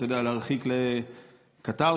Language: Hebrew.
להרחיק לקטאר,